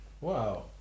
wow